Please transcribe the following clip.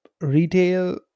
retail